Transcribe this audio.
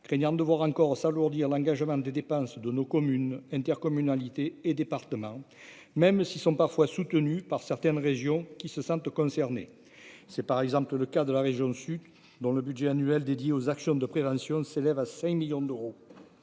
craignant de devoir encore s'alourdir l'engagement des dépenses de nos communes, intercommunalités et département, même s'ils sont parfois soutenus par certaines régions qui se sentent concernés. C'est par exemple le cas de la région sud dont le budget annuel dédié aux actions de prévention s'élève à 5 millions d'euros